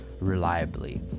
reliably